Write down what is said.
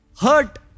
hurt